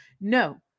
No